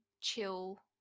chill